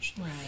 Right